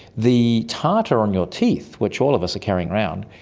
the tartar on your teeth, which all of us are carrying around,